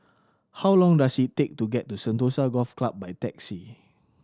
how long does it take to get to Sentosa Golf Club by taxi